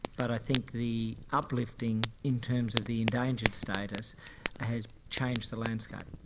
but i think the up-listing in terms of the endangered status has changed the landscape.